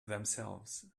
themselves